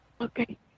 Okay